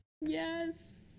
Yes